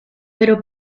pero